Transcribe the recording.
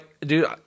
Dude